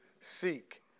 Seek